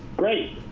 great.